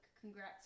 congrats